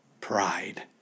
Pride